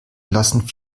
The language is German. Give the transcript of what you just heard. lassen